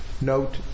Note